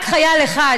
רק חייל אחד,